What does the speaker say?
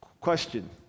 question